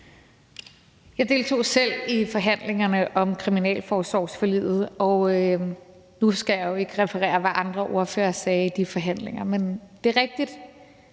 Jeg deltog selv i forhandlingerne om kriminalforsorgsforliget, og nu skal jeg jo ikke referere, hvad andre ordførere sagde i de forhandlinger, men det er rigtigt,